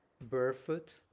barefoot